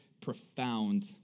profound